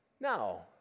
No